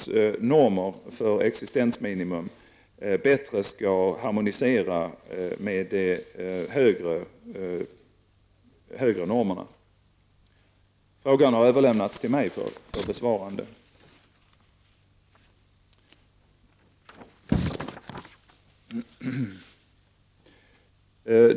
Frågan har överlämnats till mig för besvarande.